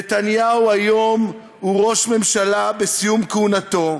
נתניהו היום הוא ראש משלה בסיום כהונתו.